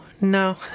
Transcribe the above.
No